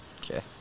Okay